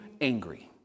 angry